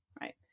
Right